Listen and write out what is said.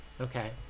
Okay